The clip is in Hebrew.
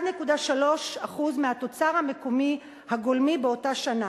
1.3% מהתוצר המקומי הגולמי באותה שנה,